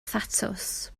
thatws